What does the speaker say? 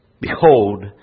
Behold